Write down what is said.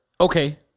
okay